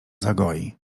zagoi